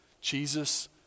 Jesus